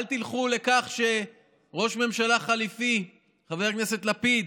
אל תלכו לכך שראש ממשלה חליפי, חבר הכנסת לפיד,